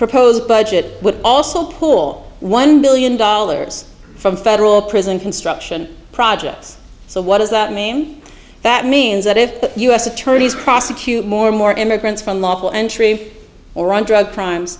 proposed budget would also pull one billion dollars from federal prison construction projects so what does that mean that means that if the u s attorneys prosecute more and more immigrants from lawful entry or on drug crime